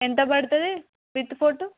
ఎంత పడుతుంది with photo